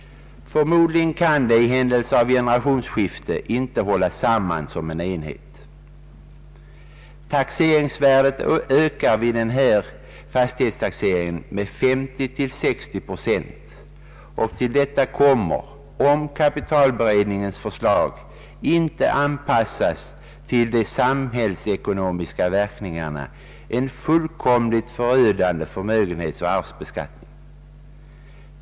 Förmodligen kan den i händelse av ett generationsskifte inte hållas samman som en enhet. Taxeringsvärdet ökar vid pågående fastighetstaxering med 50—60 pro cent, och till detta kommer, om kapitalskatteberedningens förslag inte anpassas till de samhällsekonomiska verkningarna, en fullkomligt förödande förmögenhetsoch arvsbeskattning.